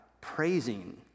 praising